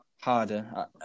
harder